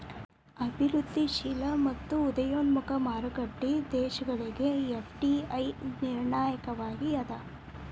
ಅಭಿವೃದ್ಧಿಶೇಲ ಮತ್ತ ಉದಯೋನ್ಮುಖ ಮಾರುಕಟ್ಟಿ ದೇಶಗಳಿಗೆ ಎಫ್.ಡಿ.ಐ ನಿರ್ಣಾಯಕವಾಗಿ ಅದ